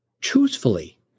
truthfully